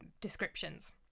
descriptions